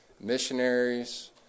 Missionaries